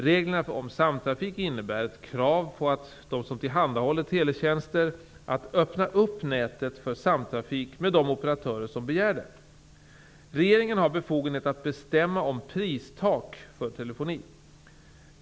Reglerna om samtrafik innebär ett krav på dem som tillhandahåller teletjänster att öppna upp nätet för samtrafik med de operatörer som begär det. - Regeringen har befogenhet att bestämma om pristak för telefoni.